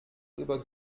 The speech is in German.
über